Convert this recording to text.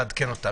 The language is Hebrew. לעדכן אותם,